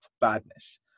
badness